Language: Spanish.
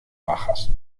bajas